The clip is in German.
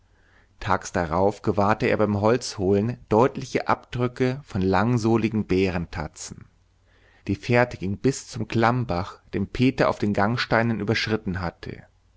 tags darauf gewahrte er beim holzholen deutliche abdrücke von langsohligen bärentatzen die fährte ging bis zum klammbach den peter auf den gangsteinen überschritten hatte